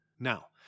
Now